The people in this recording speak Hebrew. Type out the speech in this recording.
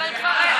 בעד הערבית,